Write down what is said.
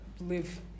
live